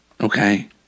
Okay